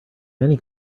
many